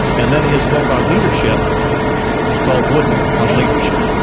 and then his book on leadership is called wooden on leadership.